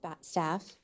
staff